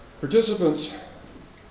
participants